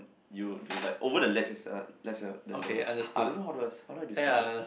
you do like over the ledge there's a there's a there's a I don't know how how do I describe that